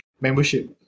membership